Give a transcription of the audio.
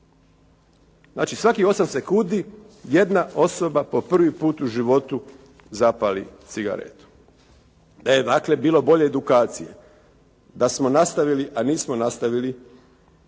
Znači, svakih 8 sekundi jedna osoba po prvi put u životu zapali cigaretu. E dakle, bilo bolje edukacije, da smo nastavili a nismo nastavili